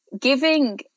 giving